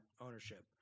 ownership